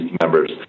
members